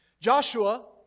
Joshua